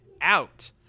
out